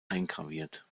eingraviert